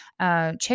Check